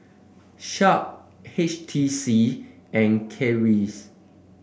Sharp H T C and Kiehl's